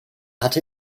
hatte